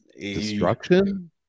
destruction